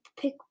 pick